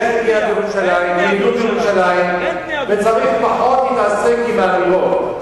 יש בנייה בירושלים וצריך פחות להתעסק עם אמירות.